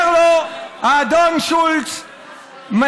אומר לו האדון שולץ,